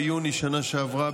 ביוני שנה שעברה,